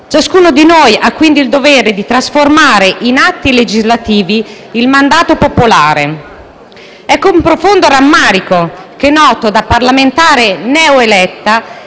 Ciascuno di noi ha quindi il dovere di trasformare in atti legislativi il mandato popolare. È con profondo rammarico che, da parlamentare neoeletta,